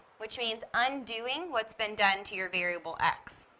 which means undoing what's been done to your variable x.